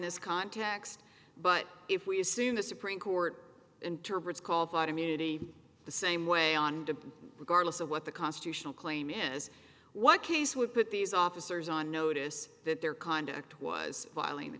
this context but if we assume the supreme court interprets call fight immunity the same way on regardless of what the constitutional claim is what case would put these officers on notice that their conduct was violating the